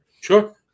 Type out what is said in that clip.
Sure